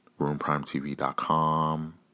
RoomPrimeTV.com